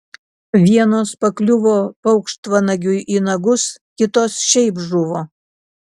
vienos pakliuvo paukštvanagiui į nagus kitos šiaip žuvo